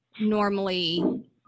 normally